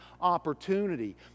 opportunity